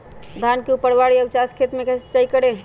धान के ऊपरवार या उचास खेत मे कैसे सिंचाई करें?